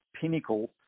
pinnacle